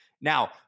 Now